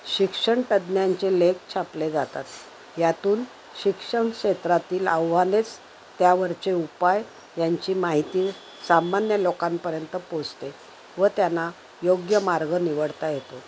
शिक्षण तज्ञांचे लेख छापले जातात यातून शिक्षण शेत्रातील आव्हानेच त्यावरचे उपाय यांची माहिती सामान्य लोकांपर्यंत पोचते व त्यांना योग्य मार्ग निवडता येतो